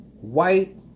white